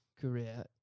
career